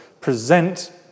present